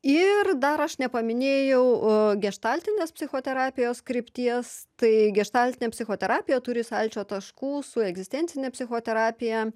ir dar aš nepaminėjau geštaltinės psichoterapijos krypties tai geštaltinė psichoterapija turi sąlyčio taškų su egzistencine psichoterapija